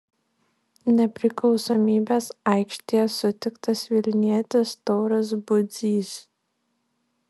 nepriklausomybės aikštėje sutiktas vilnietis tauras budzys